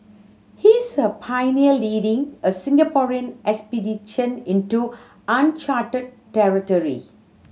he's a pioneer leading a Singaporean expedition into uncharted territory